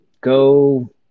go